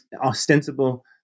ostensible